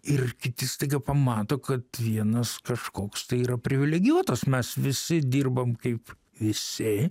ir kiti staiga pamato kad vienas kažkoks tai yra privilegijuotas mes visi dirbam kaip visi